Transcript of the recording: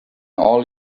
all